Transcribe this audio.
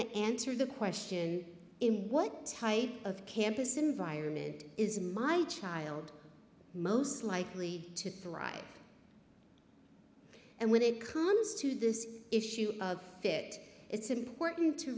to answer the question in what type of campus environment is my child most likely to thrive and when it comes to this issue of fit it's important to